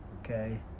okay